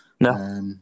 No